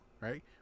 right